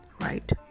right